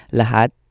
lahat